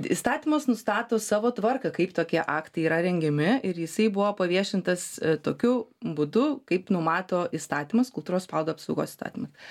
įstatymas nustato savo tvarką kaip tokie aktai yra rengiami ir jisai buvo paviešintas tokiu būdu kaip numato įstatymas kultūros paveldo apsaugos įstatymas